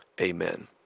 Amen